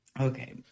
Okay